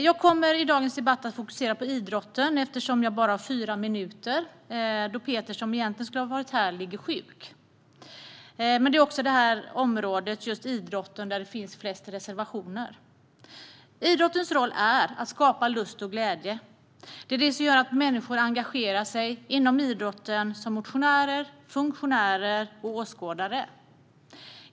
Jag kommer i dagens debatt att fokusera på idrotten, eftersom jag bara har fyra minuter, då Peter, som egentligen skulle varit här, ligger sjuk. Idrotten är också det område där det finns flest reservationer. Idrottens roll är att skapa lust och glädje. Det är det som gör att människor engagerar sig inom idrotten som motionärer, funktionärer och åskådare.